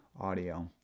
audio